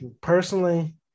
personally